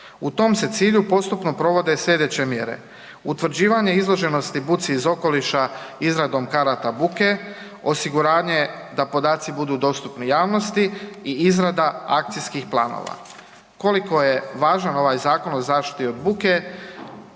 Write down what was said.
U tom se cilju postupno provode slijedeće mjere. Utvrđivanje izloženosti buci iz okoliša izradom karata buke, osiguranje da podaci budu dostupni javnosti i izrada akcijskih planova. Koliko je važan ovaj Zakon o zaštiti od buke,